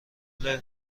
پول